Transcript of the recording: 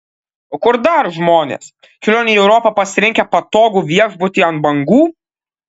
o kur dar žmonės kelionei į europą pasirinkę patogų viešbutį ant bangų